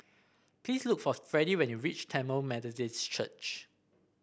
please look for Freddy when you reach Tamil Methodist Church